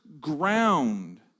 ground